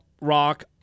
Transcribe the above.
Rock